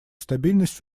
стабильность